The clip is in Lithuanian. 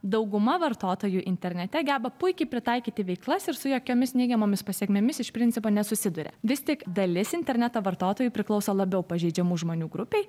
dauguma vartotojų internete geba puikiai pritaikyti veiklas ir su jokiomis neigiamomis pasekmėmis iš principo nesusiduria vis tik dalis interneto vartotojų priklauso labiau pažeidžiamų žmonių grupei